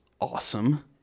awesome